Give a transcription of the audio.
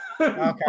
Okay